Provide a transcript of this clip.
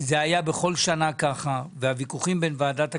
זה היה בכל שנה ככה, והוויכוחים בין ועדת הכספים,